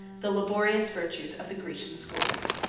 the laborious virtues of the grecian schools.